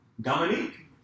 Dominique